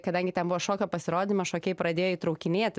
kadangi ten buvo šokio pasirodymas šokėjai pradėjo įtraukinėt